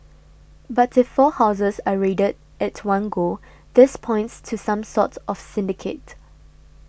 but if four houses are raided at one go this points to some sort of syndicate